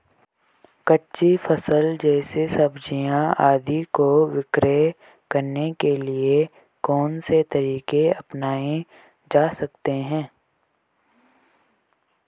कच्ची फसल जैसे सब्जियाँ आदि को विक्रय करने के लिये कौन से तरीके अपनायें जा सकते हैं?